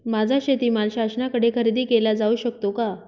माझा शेतीमाल शासनाकडे खरेदी केला जाऊ शकतो का?